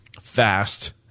Fast